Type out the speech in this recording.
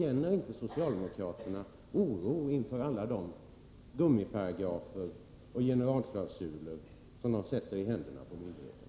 Känner inte socialdemokraterna oro inför alla de gummiparagrafer och generalklausuler som de sätter i händerna på myndigheterna?